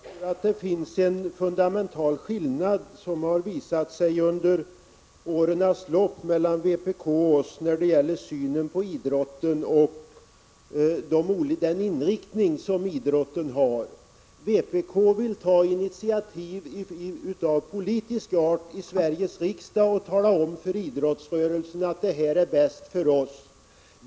Herr talman! Jag tror att det finns en fundamental skillnad, som har visat sig under årens lopp, mellan vpk och oss när det gäller synen på idrotten och den inriktning som idrotten har. Vpk vill ta initiativ av politisk art i Sveriges riksdag och tala om för idrottsrörelsen vad som är bäst för den.